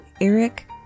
Eric